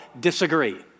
disagree